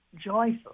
joyful